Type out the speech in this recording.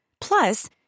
Plus